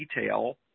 detail